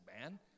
man